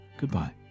goodbye